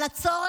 אתם,